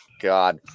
God